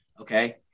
okay